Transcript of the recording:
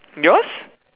yours